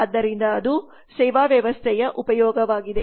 ಆದ್ದರಿಂದ ಅದು ಸೇವಾ ವ್ಯವಸ್ಥೆಯ ಉಪಯೋಗವಾಗಿದೆ